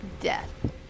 death